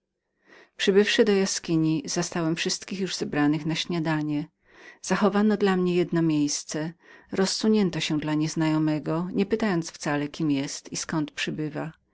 przybywszy do jaskini zastałem wszystkich już zebranych na śniadanie zachowano dla mnie jedno miejsce rozsunięto się dla nieznajomego nie pytając wcale kim był i zkąd przybywał